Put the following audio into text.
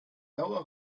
blauer